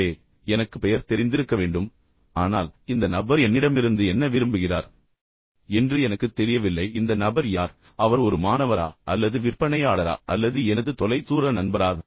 எனவே எனக்கு பெயர் தெரிந்திருக்க வேண்டும் ஆனால் இந்த நபர் என்னிடமிருந்து என்ன விரும்புகிறார் என்று எனக்குத் தெரியவில்லை இந்த நபர் யார் அவர் ஒரு மாணவரா அல்லது விற்பனையாளரா அல்லது எனது தொலைதூர நண்பரா